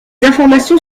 informations